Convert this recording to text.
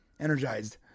energized